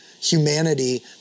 humanity